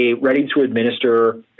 ready-to-administer